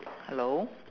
hello